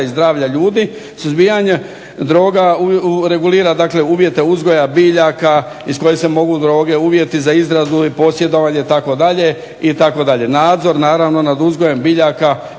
i zdravlja ljudi suzbijanje droga, regulira dakle uvjete uzgoja biljaka iz kojeg se mogu droge .../Govornik se ne razumije./... za izradu, posjedovanje itd. itd. Nadzor naravno nad uzgojem biljaka